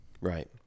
Right